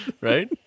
right